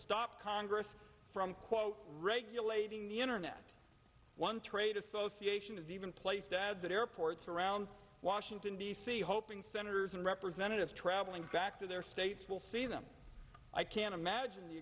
stop congress from quote regulating the internet one trade association has even placed ads in airports around washington d c hoping senators and representatives traveling back to their states will see them i can't imagine the